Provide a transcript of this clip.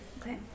okay